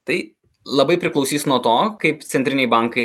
tai labai priklausys nuo to kaip centriniai bankai